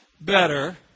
better